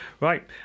Right